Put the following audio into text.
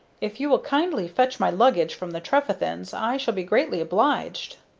if you will kindly fetch my luggage from the trefethen's i shall be greatly obliged.